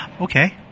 Okay